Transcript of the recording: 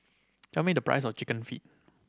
tell me the price of Chicken Feet